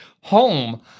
home